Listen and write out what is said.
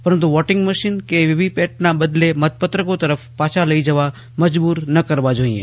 પરંતુ voting machine કે વીવીપેટના બદલે મતપત્રકો તરફ પાછા લઇ જવા મજબુર ના કરવા જોઈએ